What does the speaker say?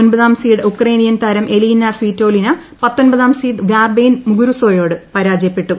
ഒൻപതാം seed Ukrainian താരം Elina Svitolina പത്തൊൻപതാം സീഡ് ഗാർബൈയിൻ മുഗുരുസയോട് പരാജയപ്പെട്ടു